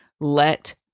let